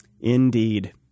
Indeed